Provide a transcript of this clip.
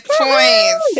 points